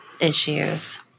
issues